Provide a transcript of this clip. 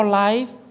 life